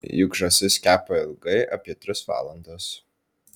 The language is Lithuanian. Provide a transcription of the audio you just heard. juk žąsis kepa ilgai apie tris valandas